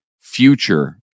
future